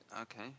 Okay